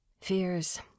Fears